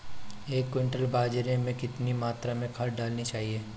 एक क्विंटल बाजरे में कितनी मात्रा में खाद डालनी चाहिए?